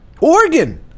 Oregon